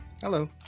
Hello